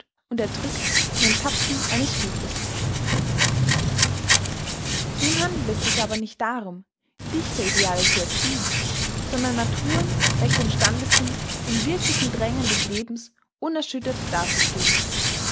und erdrückt in den tapfen eines hufes nun handelt es sich aber nicht darum dichterideale zu erziehen sondern naturen welche im stande sind im wirklichen drängen des lebens unerschüttert dazustehen